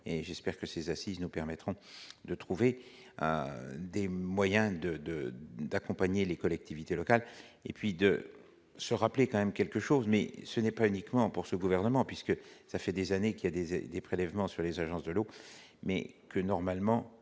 et j'espère que ces assises nous permettra de trouver des moyens de, de, d'accompagner les collectivités locales et puis de se rappeler quand même quelque chose mais ce n'est pas uniquement pour ce gouvernement puisque ça fait des années qu'il y a des et des prélèvements sur les agences de l'eau mais que normalement